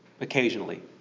occasionally